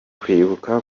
kwibuka